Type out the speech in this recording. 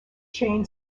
chain